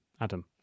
adam